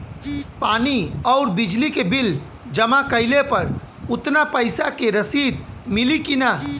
पानी आउरबिजली के बिल जमा कईला पर उतना पईसा के रसिद मिली की न?